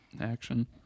action